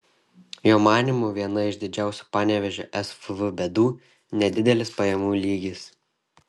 jo manymu viena iš didžiausių panevėžio svv bėdų nedidelis pajamų lygis